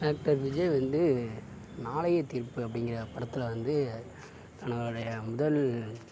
actor Vijay வந்து நாளைய தீர்ப்பு அப்படிங்கிற படத்தில் வந்து தன்னுடைய முதல்